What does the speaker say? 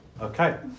okay